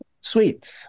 Sweet